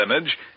image